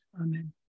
Amen